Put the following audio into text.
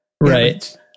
Right